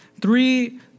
Three